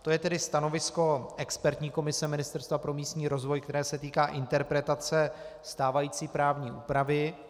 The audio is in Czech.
To je tedy stanovisko expertní komise Ministerstva pro místní rozvoj, které se týká interpretace stávající právní úpravy.